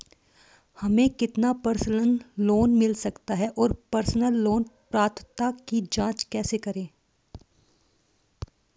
हमें कितना personal loan मिल सकता है और पर्सनल लोन पात्रता की जांच कैसे करें?